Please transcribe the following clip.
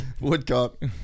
Woodcock